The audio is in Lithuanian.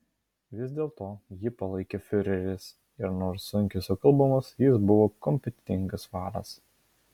vis dėlto jį palaikė fiureris ir nors sunkiai sukalbamas jis buvo kompetentingas vadas